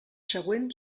següent